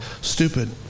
stupid